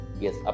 Yes